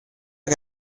che